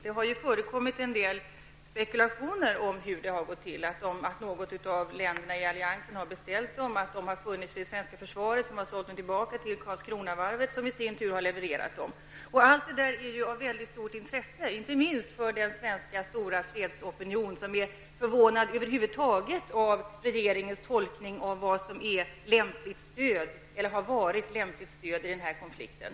Det har förekommit en del spekulationer om hur det har gått till, nämligen att något av länderna i alliansen har beställt dem, att de har funnits i det svenska försvaret, som har sålt dem tillbaka till Karlskronavarvet som i sin tur har levererat dem. Allt detta är av mycket stort intresse inte minst för den stora svenska fredsopinion som över huvud taget är förvånad över regeringens tolkning av vad som är eller har varit lämpligt stöd i den här konflikten.